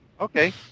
Okay